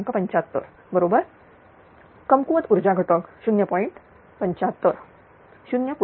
75 बरोबरकमकुवत ऊर्जा घटक 0